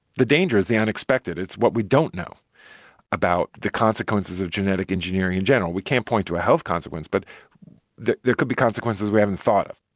the danger is the unexpected. it's what we don't know about the consequences of genetic engineering in general. we can't point to a health consequence, but there could be consequences we haven't thought of.